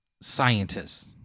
scientists